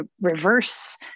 reverse